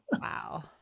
Wow